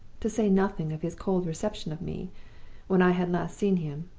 to say nothing of his cold reception of me when i had last seen him,